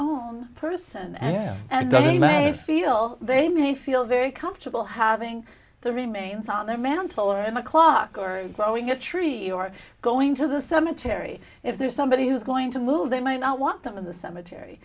yeah and then you may feel they may feel very comfortable having the remains on their mantle or in a clock or growing a tree or going to the cemetery if there's somebody who's going to move there might not want them in the cemetery